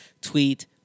tweet